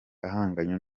ahanganye